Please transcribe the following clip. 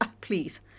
please